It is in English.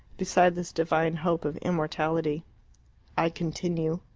beside this divine hope of immortality i continue.